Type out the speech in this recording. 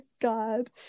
God